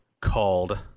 called